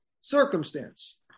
circumstance